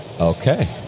Okay